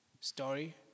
story